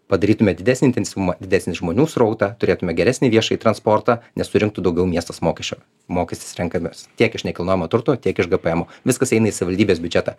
padarytume didesnį intensyvumą didesnį žmonių srautą turėtume geresnį viešąjį transportą nes surinktų daugiau miestas mokesčio mokestis renkamas tiek iš nekilnojamo turto tiek iš gpm viskas eina į savivaldybės biudžetą